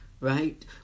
Right